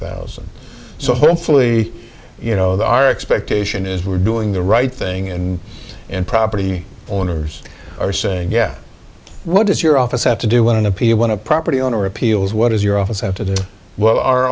thousand so hopefully you know that our expectation is we're doing the right thing and and property owners are saying yeah what does your office have to do when an appeal when a property owner appeals what does your office have to do well our